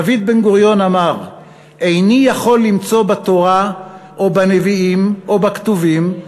דוד בן-גוריון אמר: "איני יכול למצוא בתורה או בנביאים או בכתובים,